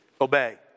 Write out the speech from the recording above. obey